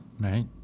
Right